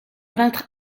peintre